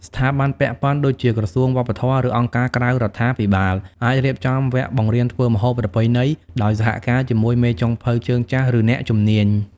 ស្ថាប័នពាក់ព័ន្ធ ដូចជាក្រសួងវប្បធម៌ ឬអង្គការក្រៅរដ្ឋាភិបាល អាចរៀបចំវគ្គបង្រៀនធ្វើម្ហូបប្រពៃណីដោយសហការជាមួយមេចុងភៅជើងចាស់ ឬអ្នកជំនាញ។